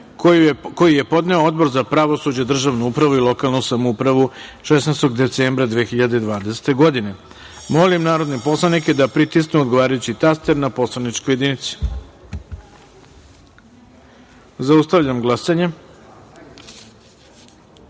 koji je podneo Odbor za pravosuđe, državnu upravu i lokalnu samoupravu od 16. decembra 2020. godine. Molim narodne poslanike da pritisnu odgovarajući taster na poslaničkoj jedinici. Zaustavljam glasanje: